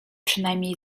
przynajmniej